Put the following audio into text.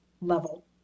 level